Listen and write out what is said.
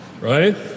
Right